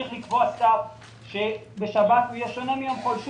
צריך לקבוע סף שבשבת יהיה שונה מיום חול,